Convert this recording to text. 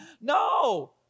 No